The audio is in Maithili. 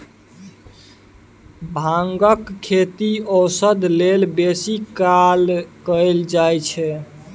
भांगक खेती औषध लेल बेसी काल कएल जाइत छै